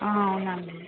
అవునాండి